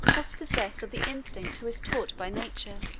was possessed of the insect who is taught by nature,